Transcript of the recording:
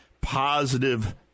positive